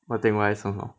what thing Y_S 做什么